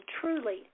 Truly